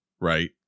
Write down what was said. right